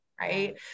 Right